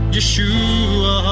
Yeshua